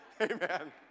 Amen